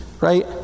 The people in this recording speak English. right